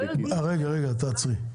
רגע, תעצרי.